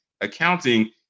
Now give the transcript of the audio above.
accounting